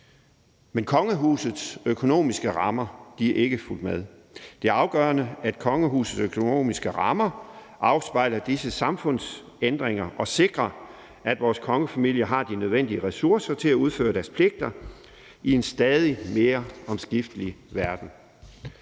men kongehusets økonomiske rammer er ikke fulgt med. Det er afgørende, at kongehusets økonomiske rammer afspejler disse samfundsændringer og sikrer, at vores kongefamilie har de nødvendige ressourcer til at udføre deres pligter i en stadig mere omskiftelig verden.